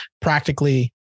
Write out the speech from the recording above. practically